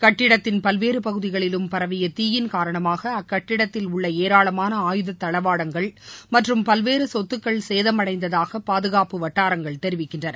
கட்டிடத்தின் பல்வேறு பகுதிகளிலும் பரவிய தீயின் காரணமாக அக்கட்டிடத்தில் உள்ள ஏராளமான ஆயுத தளவாடங்கள் மற்றும் பல்வேறு சொத்துக்கள் சேதமடைந்ததாக பாதுகாப்பு வட்டாரங்கள் தெரிவிக்கின்றன